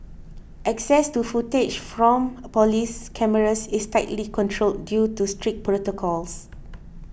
access to footage from police cameras is tightly controlled due to strict protocols